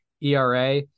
ERA